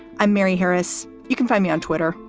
i'm mary harris. you can find me on twitter.